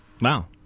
Wow